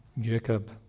Jacob